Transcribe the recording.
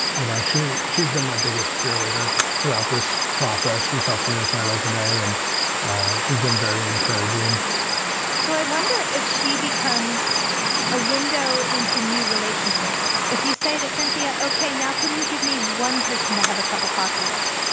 you know, she she's been my biggest cheerleader throughout this process. she's helped me off my resume and ah she's been very encouraging so i wonder if she becomes a window into new relationships. if you say to cynthia, ok. now, can you give me one person to have a cup of coffee with?